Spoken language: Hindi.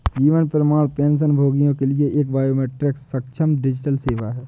जीवन प्रमाण पेंशनभोगियों के लिए एक बायोमेट्रिक सक्षम डिजिटल सेवा है